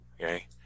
Okay